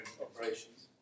operations